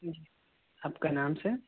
آپ کا نام سر